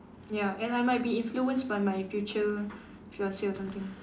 ya and I might be influenced by my future fiance or something